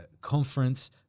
conference